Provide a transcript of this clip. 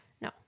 No